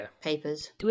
papers